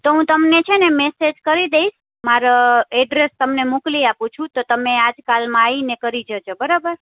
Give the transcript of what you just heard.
તો હું તમને છે ને મેસેજ કરી દઈશ મારો એડ્રેસ તમને મોકલી આપું છું તો તમે આજકાલમાં આવીને કરી જજો બરાબર